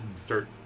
start